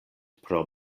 pro